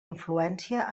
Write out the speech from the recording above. influència